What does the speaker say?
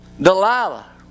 Delilah